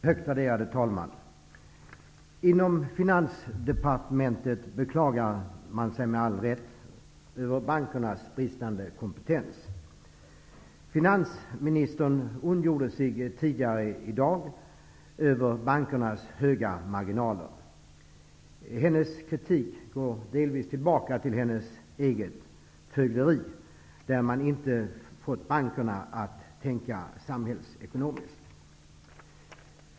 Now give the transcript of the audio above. Högt värderade talman! Inom Finansdepartementet beklagar man sig med all rätt över bankernas bristande kompetens. Finansministern ondgjorde sig tidigare i dag över bankernas stora marginaler. Hennes kritik går delvis tillbaka till hennes eget fögderi, där man inte fått bankerna att tänka samhällsekonomiskt.